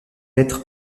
être